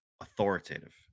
authoritative